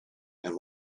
and